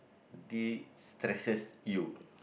destresses you